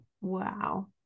Wow